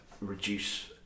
reduce